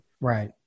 Right